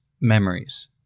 memories